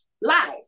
Lies